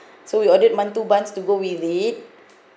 so we ordered mantou buns to go with it